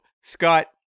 Scott